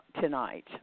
tonight